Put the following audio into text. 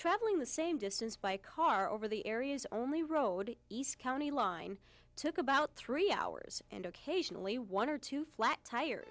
traveling the same distance by car over the areas only road east county line took about three hours and occasionally one or two flat tire